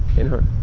and her.